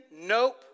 Nope